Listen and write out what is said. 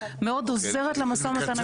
מאוד עוזרת למשא ומתן המסחרי.